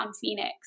Phoenix